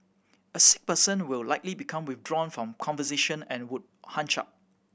a sick person will likely become withdrawn from conversation and would hunch up